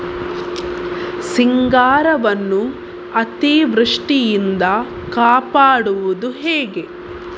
ಸಿಂಗಾರವನ್ನು ಅತೀವೃಷ್ಟಿಯಿಂದ ಕಾಪಾಡುವುದು ಹೇಗೆ?